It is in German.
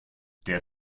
der